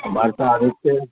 वर्षा रुकतै